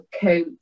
coach